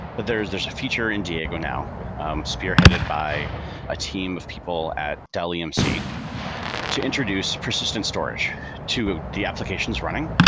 but there's there's a feature in diego now spearheaded by a team of people at dell emc to introduce persistent storage storage to the applications running,